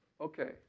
Okay